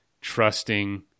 trusting